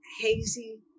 hazy